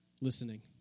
listening